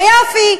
ויופי,